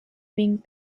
being